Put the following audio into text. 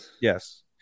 Yes